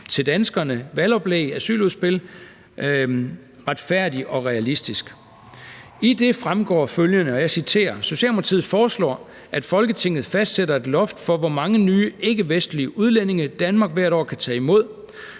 til danskerne, valgoplægget og asyludspillet »Retfærdig og realistisk«. I det fremgår følgende: »Socialdemokratiet foreslår, at Folketinget fastsætter et loft for, hvor mange nye ikke-vestlige udlændinge Danmark hvert år kan tage imod.